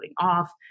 off